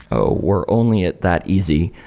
oh, we're only at that easy.